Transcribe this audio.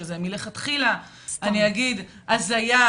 שזה מלכתחילה הזיה,